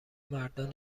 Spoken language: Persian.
مردان